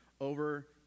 over